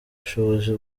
bushobozi